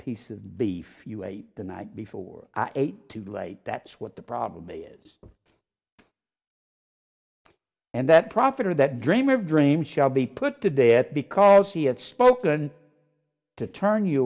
piece of beef you ate the night before i ate too late that's what the problem is and that prophet or that dreamer of dreams shall be put to death because he had spoken to turn you